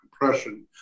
compression